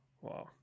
Wow